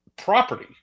property